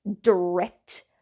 direct